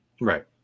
Right